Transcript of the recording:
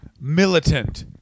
Militant